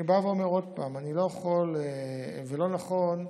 אני בא ואומר עוד פעם: אני לא יכול, ולא נכון,